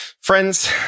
Friends